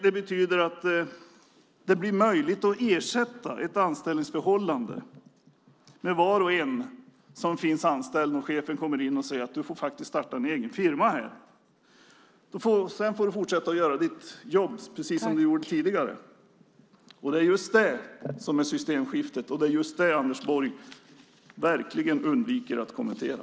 Det betyder att det blir möjligt att ersätta ett anställningsförhållande för var och en som är anställd, där chefen kommer in och säger: Du får faktiskt starta en egen firma, och sedan får du fortsätta att göra ditt jobb precis som du har gjort tidigare. Det är just det som är systemskiftet, och det är just det Anders Borg verkligen undviker att kommentera.